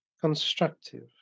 constructive